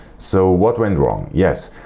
so what went wrong yes,